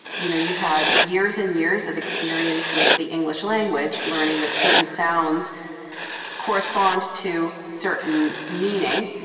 you know, you've had years and years of experience with the english language, learning that certain sounds correspond to certain meaning.